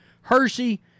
Hershey